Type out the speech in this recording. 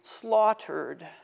slaughtered